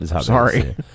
sorry